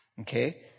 Okay